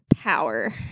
power